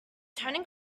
turning